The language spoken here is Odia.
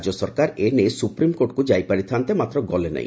ରାଜ୍ୟରେ ସରକାର ଏନେଇ ସୁପ୍ରିମ୍କୋର୍ଟକୁ ଯାଇପାରିଥା'ଡେ ମାତ୍ର ଗଲେନି